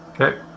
okay